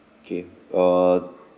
okay err